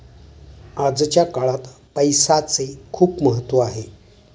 आजच्या काळात पैसाचे खूप महत्त्व आहे